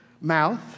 mouth